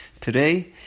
Today